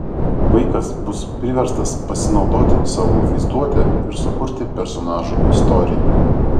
vaikas bus priverstas pasinaudoti savo vaizduote ir sukurti personažui istoriją